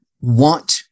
want